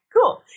cool